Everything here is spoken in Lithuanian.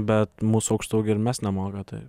bet mūsų aukštaūgiai ir mest nemoka tai